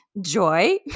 joy